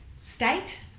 state